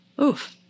Oof